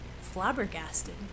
flabbergasted